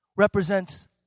represents